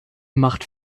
macht